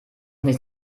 nicht